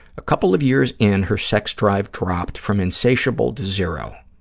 a couple of years in, her sex drive dropped from insatiable to zero.